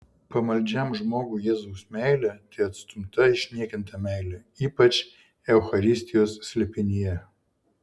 pamaldžiam žmogui jėzaus meilė tai atstumta išniekinta meilė ypač eucharistijos slėpinyje